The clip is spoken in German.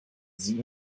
sie